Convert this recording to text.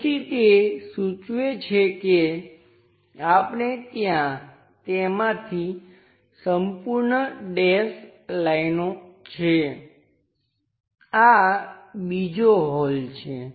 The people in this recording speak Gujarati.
તેથી તે સૂચવે છે કે આપણે ત્યાં તેમાંથી સંપૂર્ણ ડેશ લાઈનો છે આ બીજો હોલ છે